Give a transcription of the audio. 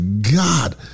God